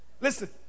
listen